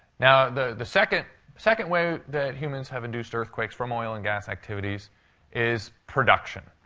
now, the the second second way that humans have induced earthquakes from oil and gas activities is production.